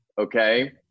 okay